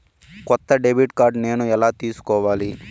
కొత్త debit card నేను ఎలా తీసుకోవాలి?